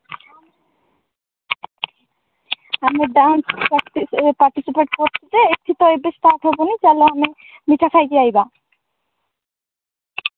ହଁ ମୁଁ dance party participate କରୁଛି ଯେ ଏଠି ତ ଏବେ ସ୍ଟାର୍ଟ୍ ହେବନି ଚାଲ ଆମେ ମିଠା ଖାଇକି ଆସିବା